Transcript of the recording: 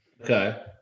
okay